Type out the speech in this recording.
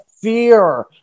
fear